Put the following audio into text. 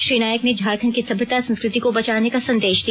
श्री नायक ने झारखंड की सभ्यता संस्कृति को बचाने का संदेश दिया